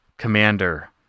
Commander